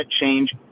change